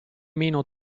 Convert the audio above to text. meno